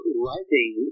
writing